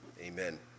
amen